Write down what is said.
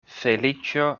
feliĉo